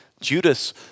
Judas